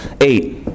Eight